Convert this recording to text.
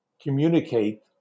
communicate